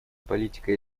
политика